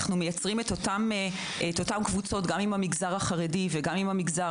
אנחנו מייצרים את אותן קבוצות גם עם המגזרים החרדי והערבי